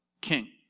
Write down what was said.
king